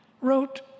wrote